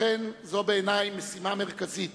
לכן זו בעיני משימה מרכזית